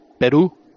Peru